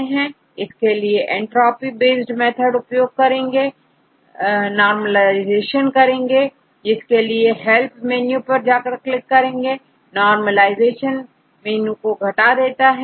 इसके लिए entropy based विधि का उपयोग करेंगे नॉर्मलाइजेशन करेंगे जिसके लिए हेल्प मेनू पर जाकर क्लिक करते हैं